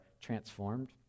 transformed